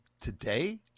today